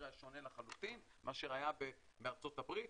היה שונה לחלוטין מאשר היה בארצות הברית,